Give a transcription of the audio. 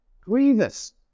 grievous